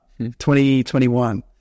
2021